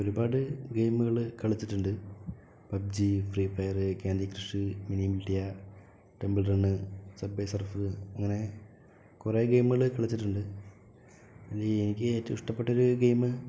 ഒരുപാട് ഗെയിമുകള് കളിച്ചിട്ടുണ്ട് PUBG Free Fire Candy Crush Mini Militia Temple Run Subway Surf അങ്ങനെ കുറെ ഗെയിമുകള് കളിച്ചിട്ടുണ്ട് ഇനി എനിക്ക് ഏറ്റവും ഇഷ്ടപ്പെട്ട ഗെയിമ്